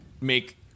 make